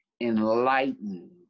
enlightened